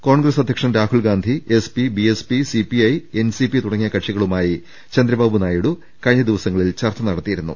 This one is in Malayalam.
കോൺഗ്രസ് അധ്യക്ഷൻ Rahul Gandhi SP BSP CPI NCP തുടങ്ങിയ കക്ഷി കളുമായി ചന്ദ്രബാബു നായിഡു കഴിഞ്ഞ ദിവസങ്ങളിൽ ചർച്ച നട ത്തിയിരുന്നു